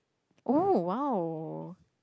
oh !wow!